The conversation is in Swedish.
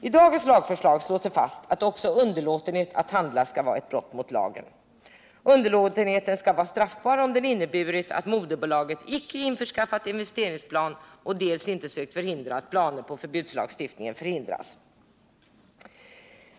I dagens lagförslag slås det fast att också underlåtenhet att handla utgör ett brott mot lagen. Underlåtenheten skall vara straffbar, om den inneburit att moderbolaget dels icke införskaffat investeringsplan, dels inte sökt förhindra att förbudslagstiftningen kringgås.